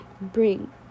bring